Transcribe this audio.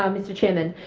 um mr chair. and